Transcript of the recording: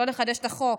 לא לחדש את החוק,